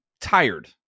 tired